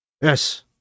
Yes